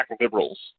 liberals